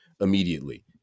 immediately